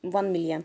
one million